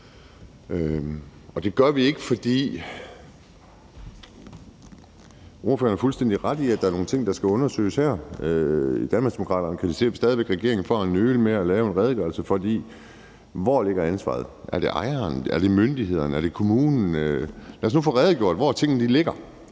at stemme for eller imod. Ordføreren har fuldstændig ret i, at der her er nogle ting, der skal undersøges, og i Danmarksdemokraterne kritiserer vi også stadig væk regeringen for at nøle med at lave en redegørelse. For hvor ligger ansvaret? Er det hos ejeren, er det hos myndighederne, er det hos kommunen? Lad os nu få redegjort for, hvordan tingene er.